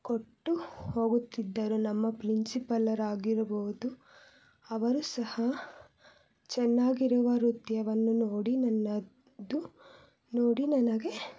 ಕೊಟ್ಟು ಹೋಗುತ್ತಿದ್ದರು ನಮ್ಮ ಪ್ರಿನ್ಸಿಪಲರಾಗಿರಬಹುದು ಅವರೂ ಸಹ ಚೆನ್ನಾಗಿರುವ ನೃತ್ಯವನ್ನು ನೋಡಿ ನನ್ನದು ನೋಡಿ ನನಗೆ